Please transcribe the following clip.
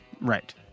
Right